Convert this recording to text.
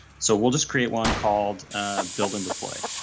so we'll just create one called build and deploy.